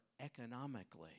economically